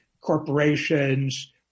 corporations